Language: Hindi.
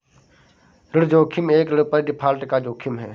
ऋण जोखिम एक ऋण पर डिफ़ॉल्ट का जोखिम है